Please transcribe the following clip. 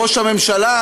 שראש הממשלה,